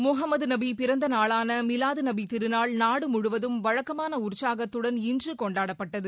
முகமது நபி பிறந்த நாளான மிலாது நபி திருநாள் நாடு முழுவதும் வழக்கமான உற்சாகத்துடன் இன்று கொண்டாடப்பட்டது